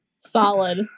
solid